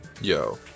Yo